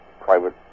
private